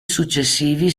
successivi